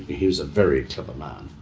he was a very clever man.